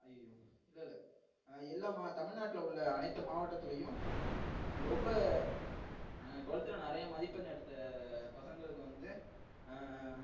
ஐயோ இல்லல்லை எல்லா தமிழ்நாட்டில் உள்ள அனைத்து மாவட்டத்துலேயும் ரொம்ப டுவெலத்தில் நிறைய மதிப்பெண் எடுத்த பசங்களுக்கு வந்து